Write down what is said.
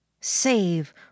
Save